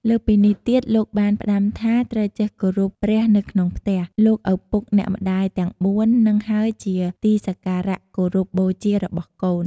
លើសពីនេះទៀតលោកបាន ផ្តាំថាត្រូវចេះគោរពព្រះនៅក្នុងផ្ទះ លោកឪពុកអ្នកម្តាយទាំងបួននឹងហើយជាទីសក្ការៈគោរពបូជារបស់កូន។